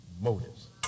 motives